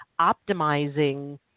optimizing